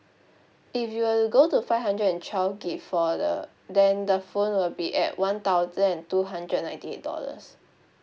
if you were go to five hundred and twelve gig for the then the phone will be at one thousand and two hundred and ninety eight dollars